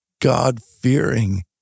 God-fearing